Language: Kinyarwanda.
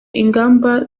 ingamba